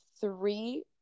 three